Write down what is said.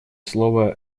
слово